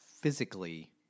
physically